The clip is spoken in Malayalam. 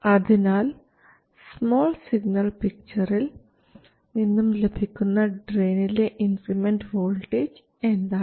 അതിനാൽ സ്മാൾ സിഗ്നൽ പിക്ചറിൽ നിന്നും ലഭിക്കുന്ന ഡ്രയിനിലെ ഇൻക്രിമെൻറൽ വോൾട്ടേജ് എന്താണ്